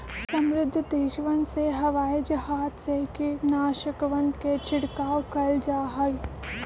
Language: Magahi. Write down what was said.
समृद्ध देशवन में हवाई जहाज से कीटनाशकवन के छिड़काव कइल जाहई